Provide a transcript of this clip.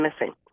missing